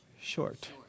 short